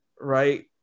right